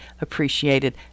appreciated